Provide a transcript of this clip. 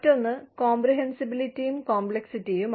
മറ്റൊന്ന് കോംപ്രിഹെൻസിബിലിറ്റിയും കോംപ്ലക്സിറ്റിയും